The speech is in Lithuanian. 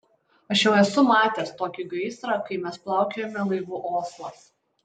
aš jau esu matęs tokį gaisrą kai mes plaukiojome laivu oslas